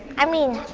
i mean.